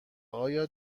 آیا